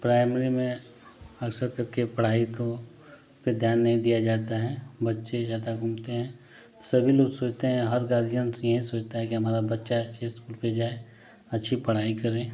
primary में आशा करके पढ़ाई को पे ध्यान नहीं दिया जाता है बच्चे ज़्यादा घूमते हैं तो सभी लोग सोचते हैं हर गार्जियंज़ यही सोचता है कि हमारा बच्चा अच्छे स्कूल पे जाए अच्छी पढ़ाई करे